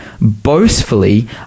boastfully